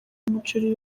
umuceri